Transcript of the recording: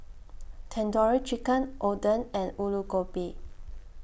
Tandoori Chicken Oden and Alu Gobi